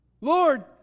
Lord